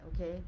okay